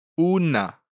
Una